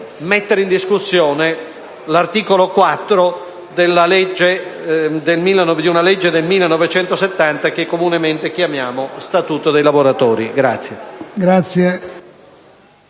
mettere in discussione l'articolo 4 di una legge del 1970, che comunemente chiamiamo Statuto dei lavoratori. [DI